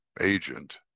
agent